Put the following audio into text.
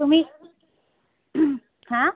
তুমি হাঁ